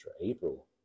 april